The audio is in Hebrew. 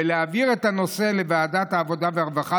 ולהעביר את הנושא לוועדת העבודה הרווחה